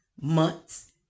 months